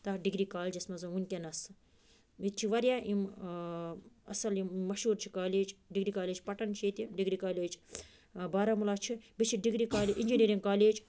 تَتھ ڈِگری کالجَس منٛز وٕنۍکٮ۪نَس ییٚتہِ چھِ واریاہ یِم اَصٕل یِم مشہوٗر چھِ کالیج ڈِگری کالیج پَٹَن چھِ ییٚتہِ ڈِگری کالیج بارہمولہ چھِ بیٚیہِ چھِ ڈگری اِنجیٖنٔرِنٛگ کالیج